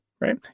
right